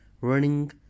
running